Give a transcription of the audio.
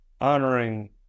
honoring